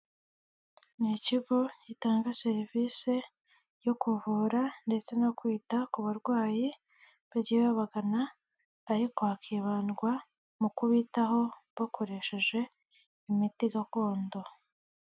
Ni ikigo gitanga serivisi yo kuvura ndetse no kwita ku barwayi bagiye babagana ariko hakibandwa mu kubitaho bakoresheje imiti gakondo.